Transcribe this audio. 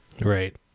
right